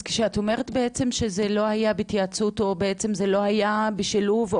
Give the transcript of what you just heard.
אז כשאת אומרת בעצם שזה לא היה בהתייעצות או שזה לא היה בעצם בשילוב,